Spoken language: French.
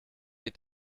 est